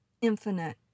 infinite